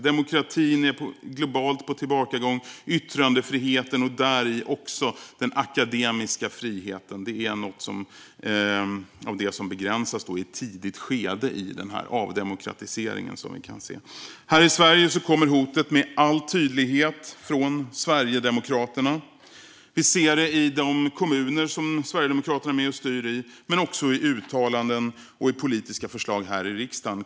Demokratin är globalt på tillbakagång. Yttrandefriheten, och däri även den akademiska friheten, är en del av det som begränsas i ett tidigt skede i avdemokratiseringen. Här i Sverige kommer hotet med all tydlighet från Sverigedemokraterna. Vi ser det i de kommuner där Sverigedemokraterna är med och styr men också i uttalanden och i politiska förslag här i riksdagen.